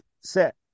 set